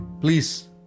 please